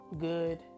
good